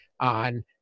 on